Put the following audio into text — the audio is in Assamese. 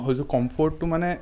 সেইযোৰ কম্ফ'ৰ্টটো মানে